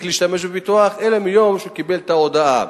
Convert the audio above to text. להשתמש בביטוח אלא מיום שהוא קיבל את ההודעה.